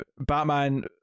Batman